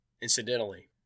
Incidentally